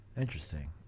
interesting